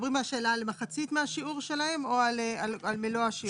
מחצית מהשיעור שלהם או מלוא השיעור?